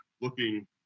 looking